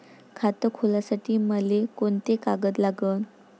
खात खोलासाठी मले कोंते कागद लागन?